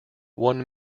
one